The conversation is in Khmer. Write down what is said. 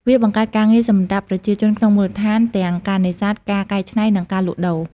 វាបង្កើតការងារសម្រាប់ប្រជាជនក្នុងមូលដ្ឋានទាំងការនេសាទ ការកែច្នៃ និងការលក់ដូរ។